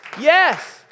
yes